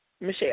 Michelle